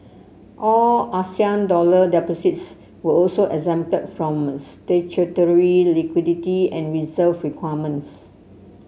all Asian dollar deposits were also exempted from statutory liquidity and reserve requirements